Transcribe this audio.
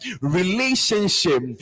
relationship